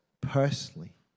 personally